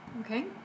Okay